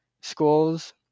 schools